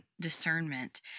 discernment